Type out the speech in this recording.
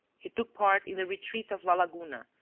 he took part in the retreat of la laguna,